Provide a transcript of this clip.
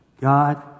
God